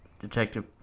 Detective